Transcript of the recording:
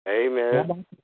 Amen